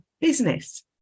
business